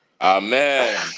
Amen